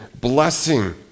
blessing